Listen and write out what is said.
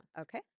Okay